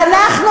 ואנחנו,